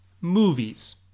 Movies